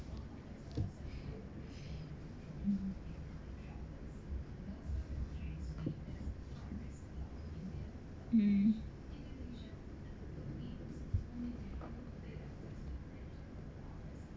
mm